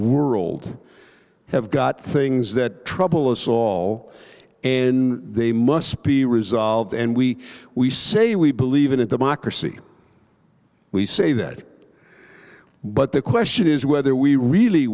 world have got things that trouble us all and they must be resolved and we we say we believe in a democracy we say that but the question is whether we really